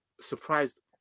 surprised